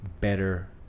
better